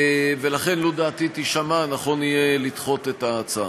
ולכן, לו דעתי תישמע, נכון יהיה לדחות את ההצעה.